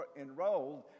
enrolled